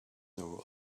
now